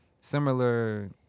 similar